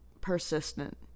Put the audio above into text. persistent